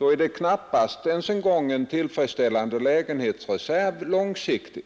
Långsiktigt är det knappast ens en tillräcklig lägenhetsreserv.